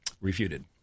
refuted